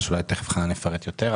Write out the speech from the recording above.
אולי תכף חנן יפרט יותר,